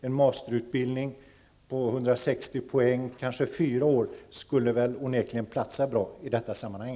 En mastersutbildning på 160 poäng under fyra år skulle onekligen passa bra i detta sammanhang.